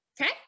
Okay